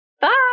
bye